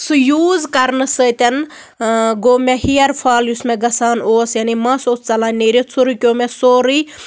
سُہ یوٗز کرنہٕ سۭتۍ گوٚو مےٚ ہِیر فال یُس مےٚ گژھان اوس یعنی مَس اوس ژَلان نیٖرِتھ سُہ رُکیو مےٚ سورُے